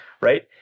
Right